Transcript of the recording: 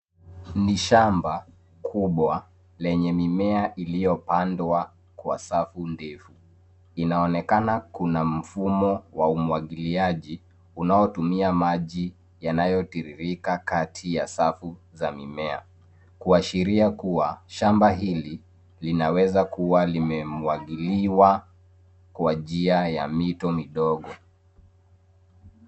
Ni shamba kubwa lenye mimea iliyopandwa kwa safu ndefu. Inaonekana kuna mfumo wa umwagiliaji unaotumia maji yanayotiririka kati ya safu za mimea, kuashiria kuwa shamba hili linaweza kuwa limemwagiliwa kwa njia ya mito midogo.